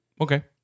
Okay